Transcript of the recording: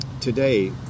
today